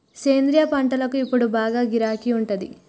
సేంద్రియ పంటలకు ఇప్పుడు బాగా గిరాకీ ఉండాది